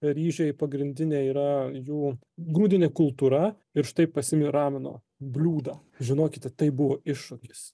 ryžiai pagrindinė yra jų grūdinė kultūra ir štai pasiimi rameno bliūdą žinokite tai buvo iššūkis